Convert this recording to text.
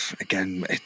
again